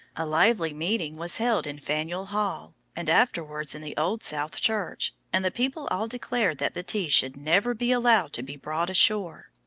a lively meeting was held in faneuil hall, and afterwards in the old south church and the people all declared that the tea should never be allowed to be brought ashore.